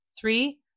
Three